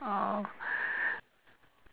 oh